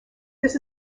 this